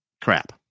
crap